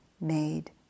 made